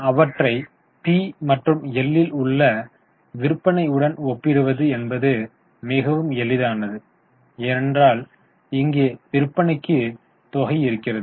அவற்றை பி மற்றும் எல் ல் உள்ள விற்பனையுடன் ஒப்பிடுவது என்பது மிகவும் எளிதானது ஏனென்றால் இங்கே விற்பனைக்கு தொகை இருக்கிறது